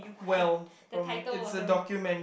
well um it's a documentary